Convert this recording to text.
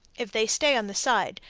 if they stay on the side,